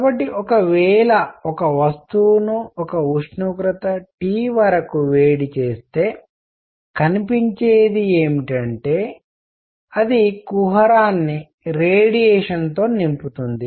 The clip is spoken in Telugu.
కాబట్టి ఒకవేళ వస్తువును ఒక ఉష్ణోగ్రత T వరకు వేడి చేస్తే కనిపించేది ఏమిటంటే అది కుహరాన్ని రేడియేషన్ తో నింపుతుంది